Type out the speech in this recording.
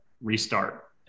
Restart